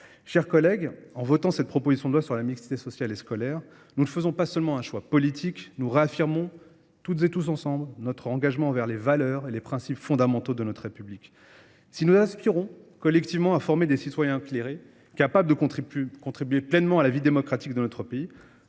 chers collègues, en votant cette proposition de loi, nous ne faisons pas qu’un choix politique, nous réaffirmons toutes et tous notre engagement envers les valeurs et les principes fondamentaux de la République. Si nous aspirons collectivement à former des citoyens éclairés, capables de contribuer pleinement à la vie démocratique de notre pays,